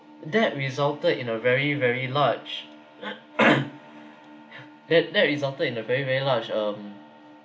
that resulted in a very very large that that resulted in a very very large um